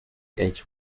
age